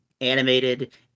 animated